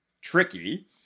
tricky